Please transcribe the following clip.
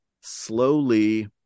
slowly